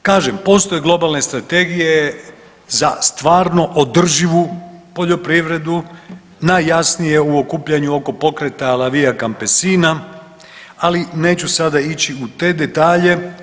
I kažem postoje globalne strategije za stvarno održivu poljoprivrednu najjasnije u okupljanju oko pokreta La Via Campesina, ali neću sada ići u te detalje.